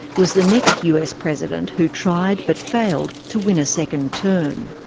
was the next us president who tried but failed to win a second term.